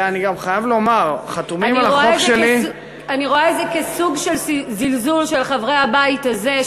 אני רואה את זה כסוג של זלזול של חברי הבית הזה.